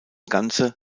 ganze